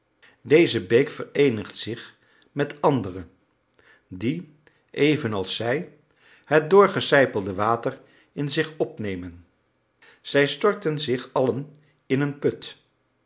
deze beek vereenigt zich met andere die evenals zij het doorgesijpelde water in zich opnemen zij storten zich allen in een put